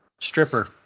stripper